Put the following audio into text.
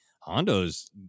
Hondo's